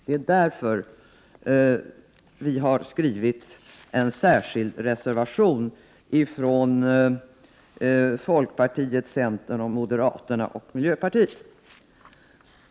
Det är därför som vi har skrivit en särskild reservation från folkpartiets, centerns, moderaternas och miljöpartiets sida.